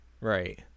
Right